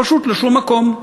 פשוט לשום-מקום.